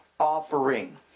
offering